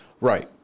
Right